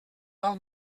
val